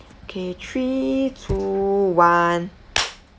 K three two one